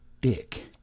dick